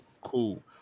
Cool